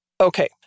Okay